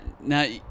Now